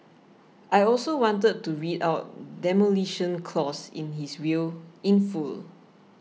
I also wanted to read out Demolition Clause in his will in full